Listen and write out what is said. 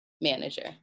manager